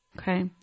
Okay